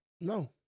No